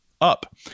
up